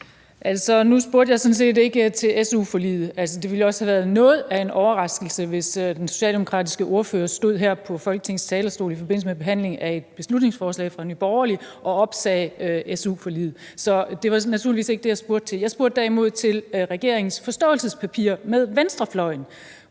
nu spurgte jeg sådan set ikke til su-forliget. Det ville også have været noget af en overraskelse, hvis den socialdemokratiske ordfører stod her på Folketingets talerstol i forbindelse med behandlingen af et beslutningsforslag fra Nye Borgerlige og opsagde su-forliget. Så det var naturligvis ikke det, jeg spurgte til. Jeg spurgte derimod til det fælles forståelsespapir mellem regeringen